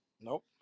Nope